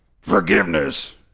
Forgiveness